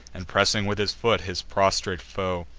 and, pressing with his foot his prostrate foe,